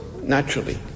naturally